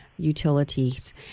utilities